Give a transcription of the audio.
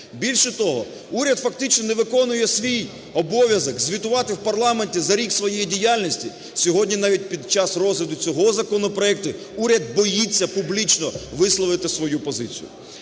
Більше того, уряд фактично не виконує свій обов'язок – звітувати в парламенті за рік своєї діяльності. Сьогодні навіть під час розгляду цього законопроекту уряд боїться публічно висловити свою позицію.